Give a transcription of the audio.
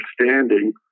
understanding